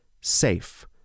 SAFE